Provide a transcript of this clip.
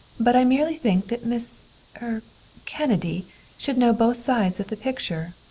but i merely think that miss er kennedy should know both sides of the picture.